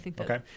okay